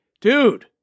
Dude